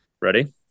ready